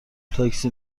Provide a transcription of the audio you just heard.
تاکسی